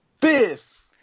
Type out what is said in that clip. Biff